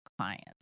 clients